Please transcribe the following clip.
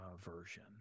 version